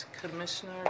Commissioner